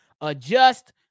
adjust